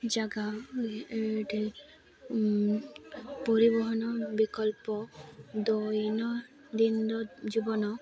ଜାଗା ପରିବହନ ବିକଳ୍ପ ଦୈନନ୍ଦିନ ଜୀବନ